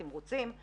מודל התמרוצים,